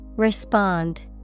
Respond